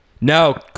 No